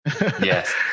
Yes